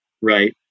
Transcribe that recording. Right